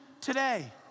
today